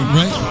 right